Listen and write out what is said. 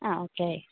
ആ ഓക്കേ